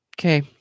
okay